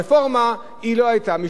שהיו קיימות באיגודי הערים.